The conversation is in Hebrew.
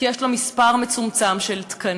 כי יש לו מספר מצומצם של תקנים.